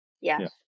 Yes